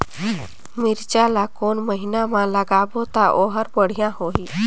मिरचा ला कोन महीना मा लगाबो ता ओहार बेडिया होही?